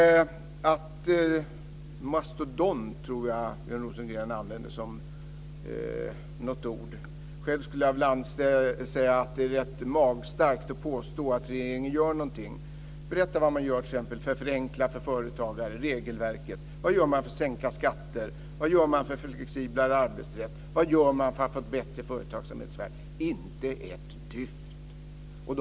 Jag tror att det var ordet mastodont som näringsministern använde. Själv skulle jag vilja säga att det är rätt magstarkt att påstå att regeringen gör någonting. Berätta vad man gör t.ex. för att förenkla regelverket för företagare. Vad gör man för att sänka skatter? Vad gör man för en flexiblare arbetsrätt? Vad gör man för att få en bättre företagsamhetssfär? Inte ett dyft!